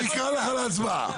אני אקרא לך להצבעה.